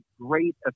great